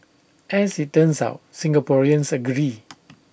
as IT turns out Singaporeans agree